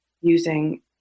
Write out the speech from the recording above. using